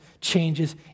changes